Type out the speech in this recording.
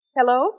Hello